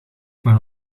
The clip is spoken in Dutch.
mijn